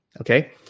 okay